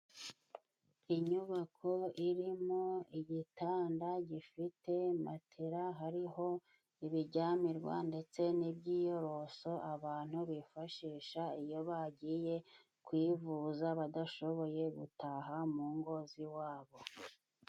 Inyubako irimo igitanda gifite matera hariho ibijyamirwa ndetse n'ibyiyoroso abantu bifashisha iyo bagiye kwivuza badashoboye gutaha mu ngo z'iwabo.